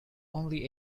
only